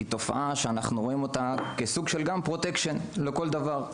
מדובר בתופעה שאנחנו רואים בה גם כסוג של Protection לכל דבר.